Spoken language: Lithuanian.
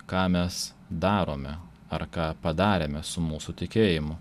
ką mes darome ar ką padarėme su mūsų tikėjimu